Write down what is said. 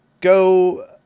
go